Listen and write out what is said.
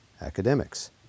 Academics